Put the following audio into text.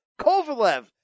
Kovalev